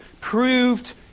proved